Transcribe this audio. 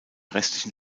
restlichen